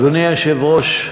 אדוני היושב-ראש,